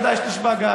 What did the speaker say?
חבל, כדאי שתשמע גם.